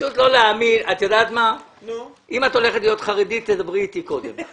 אם את הולכת להיות חרדית, דברי אתי קודם.